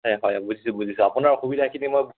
হয় হয় বুজিছোঁ বুজিছোঁ আপোনাৰ অসুবিধাখিনি মই